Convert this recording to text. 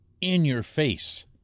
in-your-face